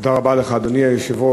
תודה רבה לך, אדוני היושב-ראש.